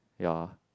ya